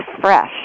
fresh